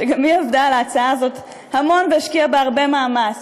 שגם היא עבדה על ההצעה הזאת המון והשקיעה בה הרבה מאמץ.